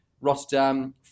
Rotterdam